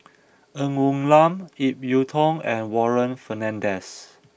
Ng Woon Lam Ip Yiu Tung and Warren Fernandez